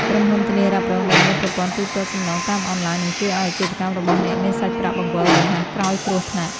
ក្រុមហ៊ុនធានារ៉ាប់រងដែលមាន ប្រព័ន្ធទូទាត់សំណងតាមអនឡាញ នឹងជួយឱ្យអាជីវកម្មរបស់អ្នកមានសាច់ប្រាក់បង្វិលរហ័សក្រោយគ្រោះថ្នាក់។